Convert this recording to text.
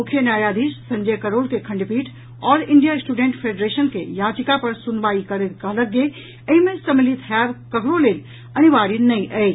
मुख्य न्यायाधीश संजय करोल के खंडपीठ ऑल इंडिया स्टूडेंट फेडरेशन के याचिका पर सुनवाई करैत कहलक जे एहि मे सम्मिलित होयब ककरो लेल अनिवार्य नहि अछि